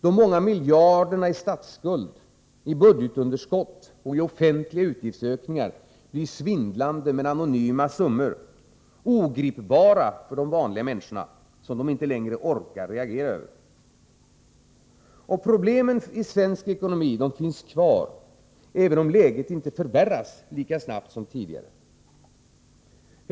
De många miljarderna i statsskuld, budgetunderskott och offentliga utgiftsökningar blir svindlande men anonyma och ogripbara summor, som de vanliga människorna inte längre orkar reagera för. Problemen i Sveriges ekonomi finns kvar, även om läget inte förvärras lika snabbt som tidigare.